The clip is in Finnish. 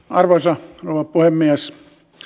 arvoisa rouva puhemies